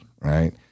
right